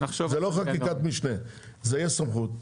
זה לא חקיקת משנה, זו תהיה סמכות.